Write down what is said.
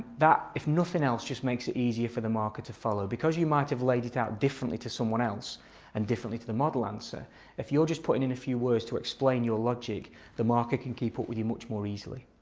that, if nothing else, just makes it easy for the marker to follow because you might have laid it out differently to someone else and differently to the model answer if you just put in in a few words to explain your logic the marker can keep up with you much more easily.